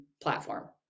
platform